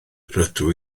rydw